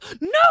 no